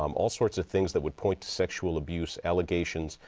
um all sorts of things that would point to sexual abuse allegation,